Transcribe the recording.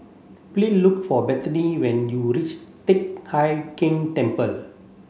please look for Bethany when you reach Teck Hai Keng Temple